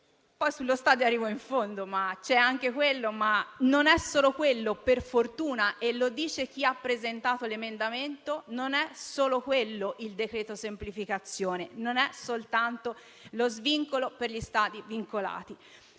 Allo stadio arrivo dopo. C'è anche quel tema, ma non c'è solo quello, per fortuna. Lo dice chi ha presentato l'emendamento: non è solo quello il decreto semplificazioni. Non è soltanto lo svincolo per gli stadi vincolati.